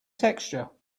texture